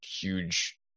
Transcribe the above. huge